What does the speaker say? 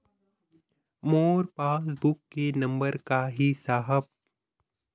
मोर passbook के नंबर का ही साहब?